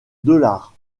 dollars